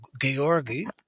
Georgi